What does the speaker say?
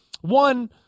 one